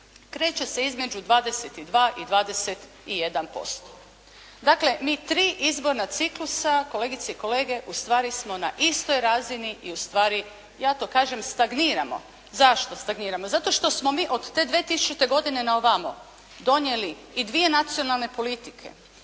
negdje između 22 i 21%. Dakle, mi tri izborna ciklusa, kolegice i kolege u stvari smo na istoj razini i u stvari, ja to kažem stagniramo. Zašto stagniramo? Zato što smo od te 2000. godine na ovamo donijeli i 2 nacionalne politike,